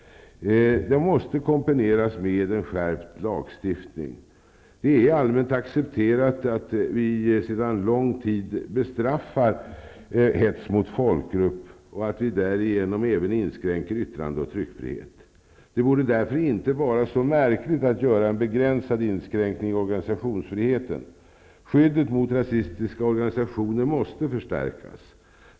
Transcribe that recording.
De måste kombineras med en skärpt lagstiftning. Det är allmänt accepterat att vi sedan lång tid bestraffar hets mot folkgrupp och att vi därigenom även inskränker yttrande och tryckfrihet. Det borde därför inte vara så märkligt att göra en begränsad inskränkning i organisationsfriheten. Skyddet mot rasistiska organisationer måste förstärkas.